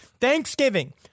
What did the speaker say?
Thanksgiving